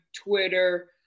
Twitter